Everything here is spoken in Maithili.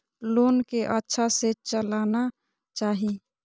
लोन के अच्छा से चलाना चाहि?